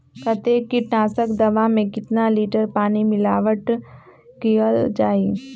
कतेक किटनाशक दवा मे कितनी लिटर पानी मिलावट किअल जाई?